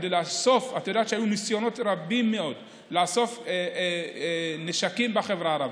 את יודעת שהיו ניסיונות רבים מאוד לאסוף נשקים בחברה הערבית.